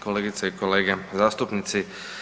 Kolegice i kolege zastupnici.